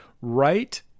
right